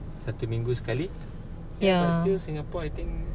ya